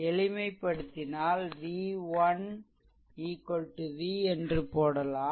எளிமைப்படுத்தினால் v1 v என்று போடலாம்